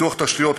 פיתוח תשתיות,